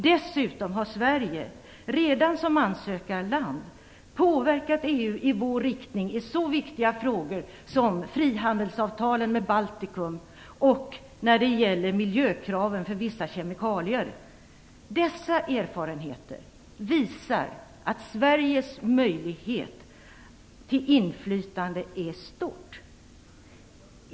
Dessutom har Sverige, redan som ansökarland, påverkat EU i vår riktning i så viktiga frågor som frihandelsavtalen med Dessa erfarenheter visar att Sveriges möjligheter till inflytande är stora.